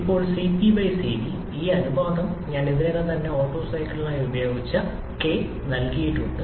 ഇപ്പോൾ Cp Cv ഈ അനുപാതം ഞാൻ ഇതിനകം തന്നെ ഓട്ടോ സൈക്കിളിൽ ഉപയോഗിച്ച K നൽകിയിട്ടുണ്ട്